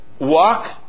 walk